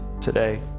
today